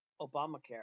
Obamacare